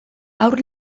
haur